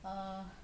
err